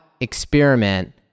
experiment